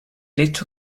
hecho